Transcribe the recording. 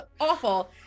awful